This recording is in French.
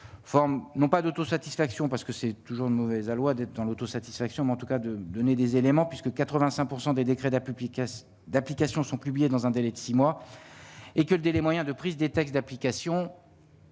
non pas d'autosatisfaction parce que c'est toujours mauvais aloi d'être dans l'autosatisfaction, mais en tout cas de donner des éléments puisque 85 pourcent des décrets d'application d'application sont publiées dans un délai de 6 mois et que le délai moyen de prise des textes d'application.